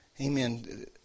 Amen